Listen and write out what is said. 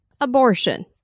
abortion